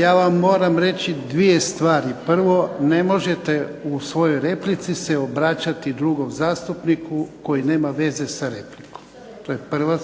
ja vam moram reći dvije stvari. Prvo ne možete u svojoj replici se obraćati drugom zastupniku koji nema veze sa replikom, to je prva